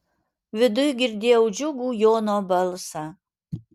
viduj girdėjau džiugų jono balsą